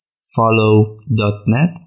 follow.net